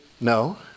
No